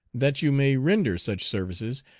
that you may render such services,